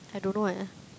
I don't know eh